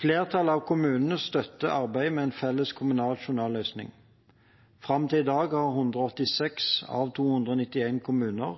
Flertallet av kommunene støtter arbeidet med en felles kommunal journalløsning. Fram til i dag har 186 av 291 kommuner